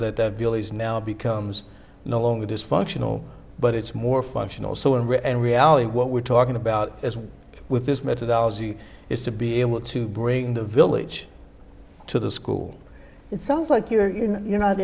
so that is now becomes no longer dysfunctional but it's more functional so unreal and reality what we're talking about as with this methodology is to be able to bring the village to the school it sounds like you're not you're not